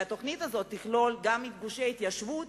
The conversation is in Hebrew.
ובתוכנית הזאת ייכללו גם גושי התיישבות